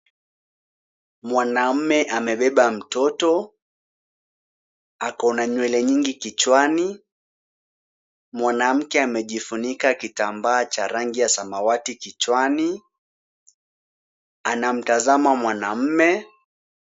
Mwanamme amebeba mtoto. Ako na nywele nyingi kichwani. Mwanamke amejifunika kitambaa cha rangi ya samawati kichwani. Anamtazama mwanaume.